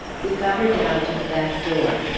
we got her down to the back door.